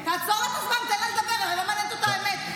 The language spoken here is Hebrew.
הערתי לך ארבע מילים, הוצאתי אותך מקו המחשבה,